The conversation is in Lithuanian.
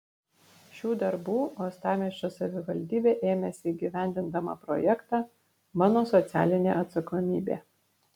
šių darbų uostamiesčio savivaldybė ėmėsi įgyvendindama projektą mano socialinė atsakomybė